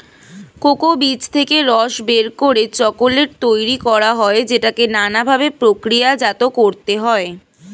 cocoa বীজ থেকে রস বের করে চকোলেট তৈরি করা হয় যেটাকে নানা ভাবে প্রক্রিয়াজাত করতে হয়